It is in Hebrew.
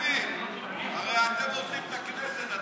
הרסתם את הכנסת.